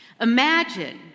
imagine